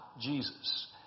Jesus